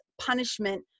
punishment